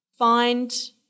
find